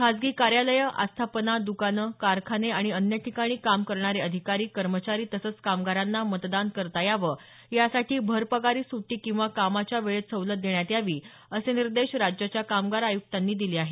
खासगी कार्यालयं आस्थापना द्कानं कारखाने आणि अन्य ठिकाणी काम करणारे अधिकारी कर्मचारी तसंच कामगारांना मतदान करता यावं यासाठी भरपगारी सुट्टी किंवा कामाच्या वेळेत सवलत देण्यात यावी असे निर्देश राज्याच्या कामगार आयुक्तांनी दिले आहेत